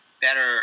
better